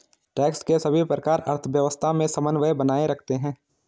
tax के सभी प्रकार अर्थव्यवस्था में समन्वय बनाए रखते हैं